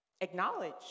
acknowledge